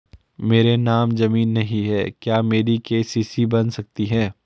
मेरे नाम ज़मीन नहीं है क्या मेरी के.सी.सी बन सकती है?